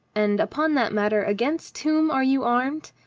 and upon that matter a against whom are you armed?